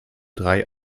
drei